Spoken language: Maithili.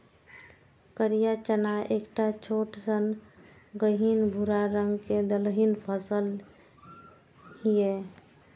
करिया चना एकटा छोट सन गहींर भूरा रंग के दलहनी फसल छियै